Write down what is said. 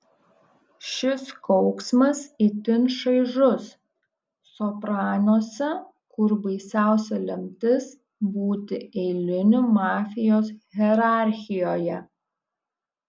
šis kauksmas itin šaižus sopranuose kur baisiausia lemtis būti eiliniu mafijos hierarchijoje